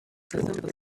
your